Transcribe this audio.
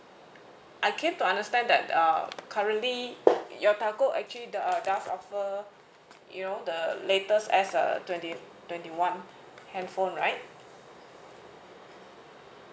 I came to understand that uh currently your telco actually do~ uh does offer you know the latest s uh twenty twenty one handphone right